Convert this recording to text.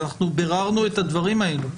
אנחנו ביררנו את הדברים האלה,